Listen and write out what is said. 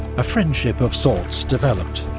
a friendship of sorts developed,